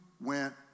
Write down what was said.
went